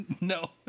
no